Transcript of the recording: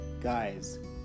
guys